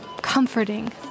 comforting